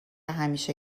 همیشه